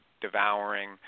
devouring